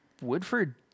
Woodford